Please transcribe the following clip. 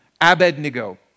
Abednego